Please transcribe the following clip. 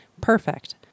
perfect